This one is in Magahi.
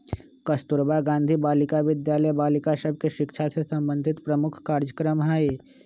कस्तूरबा गांधी बालिका विद्यालय बालिका सभ के शिक्षा से संबंधित प्रमुख कार्जक्रम हइ